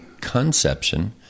conception